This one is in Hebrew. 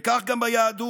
וכך גם ביהדות,